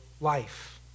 life